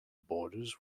borders